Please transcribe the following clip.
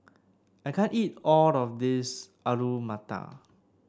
I can't eat all of this Alu Matar